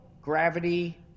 gravity